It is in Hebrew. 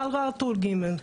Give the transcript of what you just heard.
חל גם טור ג'.